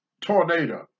tornado